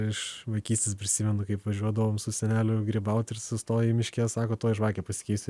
iš vaikystės prisimenu kaip važiuodavom su seneliu grybaut ir sustoji miške sako tuoj žvakę pasikeisiu